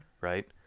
right